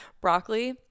broccoli